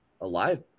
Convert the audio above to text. alive